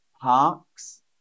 Parks